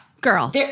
girl